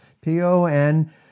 P-O-N